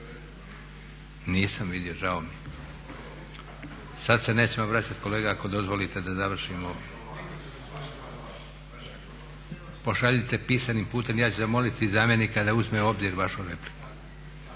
Nisam vidio, žao mi je. Sad se nećemo vraćati kolega, ako dozvolite da završimo? Pošaljite pisanim putem ja ću zamoliti zamjenika da uzme u obzir vašu repliku.